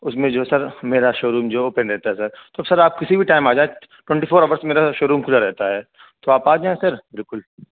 اس میں جو سر میرا شو روم جو اوپن رہتا ہے سر تو سر آپ کسی بھی ٹائم آ جائیں ٹونٹی فور آورس میرا شو روم کھلا رہتا ہے تو آپ آ جائیں سر بالکل